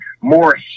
more